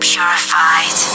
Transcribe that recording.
Purified